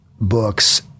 books